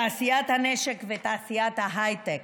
תעשיית הנשק ותעשיית ההייטק.